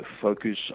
focus